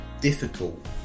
difficult